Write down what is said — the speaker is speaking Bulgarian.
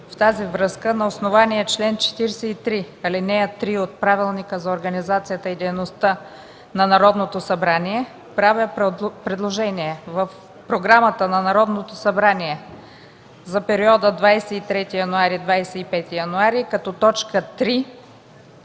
с това на основание чл. 43, ал. 3 от Правилника за организацията и дейността на Народното събрание правя предложение в програмата на Народното събрание за периода 23 25 януари като точка